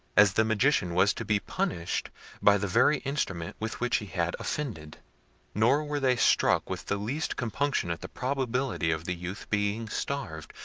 as the magician was to be punished by the very instrument with which he had offended nor were they struck with the least compunction at the probability of the youth being starved,